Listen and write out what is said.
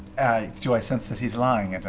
do i sense that he's lying?